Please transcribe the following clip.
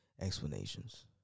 explanations